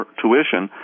tuition